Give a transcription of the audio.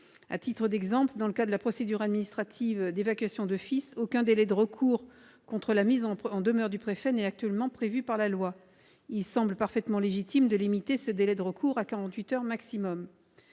À titre d'exemple, dans le cadre de la procédure administrative d'évacuation d'office, aucun délai de recours contre la mise en demeure du préfet n'est actuellement prévu par la loi. Il semble parfaitement légitime de limiter ce délai de recours à quarante-huit